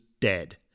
dead